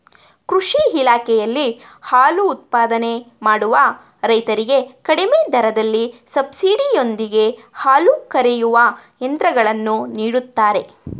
ಕೃಷಿ ಇಲಾಖೆಯಲ್ಲಿ ಹಾಲು ಉತ್ಪಾದನೆ ಮಾಡುವ ರೈತರಿಗೆ ಕಡಿಮೆ ದರದಲ್ಲಿ ಸಬ್ಸಿಡಿ ಯೊಂದಿಗೆ ಹಾಲು ಕರೆಯುವ ಯಂತ್ರಗಳನ್ನು ನೀಡುತ್ತಾರೆ